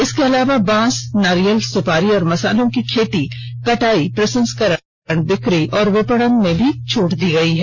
इसके अलावा बांस नारियल सुपारी और मसालों की खेती कटाई प्रसंस्करण बिक्री और विपणन में भी छूट दी गयी है